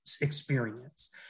experience